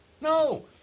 No